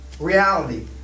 reality